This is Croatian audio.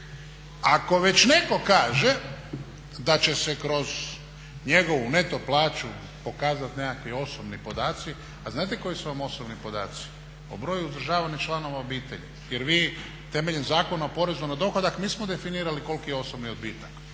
Ako već netko kaže da će se kroz njegovu neto plaću pokazati nekakvi osobni podaci, a znate koji su vam osobni podaci? O broju uzdržavanih članova obitelji, jer vi temeljem Zakona o porezu na dohodak nismo definirali koliki je osobni odbitak,